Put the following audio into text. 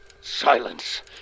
Silence